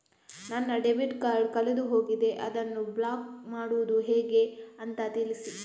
ನನ್ನ debit card ಕಳೆದು ಹೋಗಿದೆ, ಅದನ್ನು ಬ್ಲಾಕ್ ಮಾಡುವುದು ಹೇಗೆ ಅಂತ ತಿಳಿಸಿ?